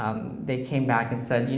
they came back and said,